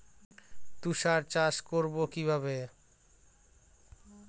তুলা চাষ করব কি করে?